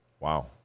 Wow